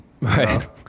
right